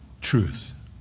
truth